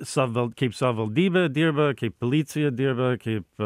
saval kaip savaldybė dirba kaip policija dirba kaip